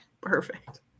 Perfect